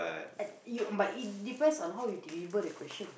at~ you but it depends on how you deliver the question